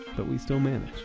but we still manage.